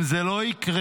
אם זה לא יקרה,